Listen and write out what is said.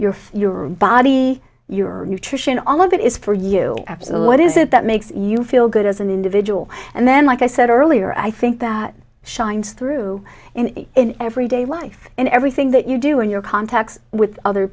for your body your nutrition all of that is for you what is it that makes you feel good as an individual and then like i said earlier i think that shines through in everyday life in everything that you do in your contacts with other